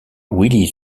willie